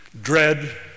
dread